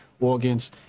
organs